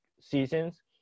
seasons